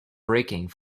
breaking